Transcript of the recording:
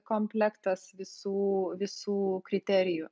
komplektas visų visų kriterijų